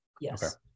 Yes